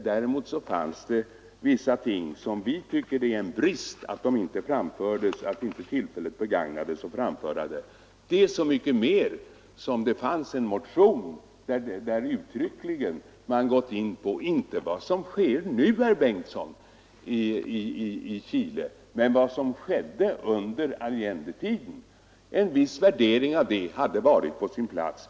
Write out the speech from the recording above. Däremot tycker vi att det är en brist att inte tillfället begagnats att framföra vissa kompletterande synpunkter, så mycket mer som det fanns en motion där man uttryckligen gått in på vad som hände under Allendetiden — inte endast vad som sker nu i Chile. En viss värdering av detta hade varit på sin plats.